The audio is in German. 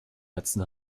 netzen